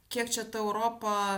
kiek čia ta europa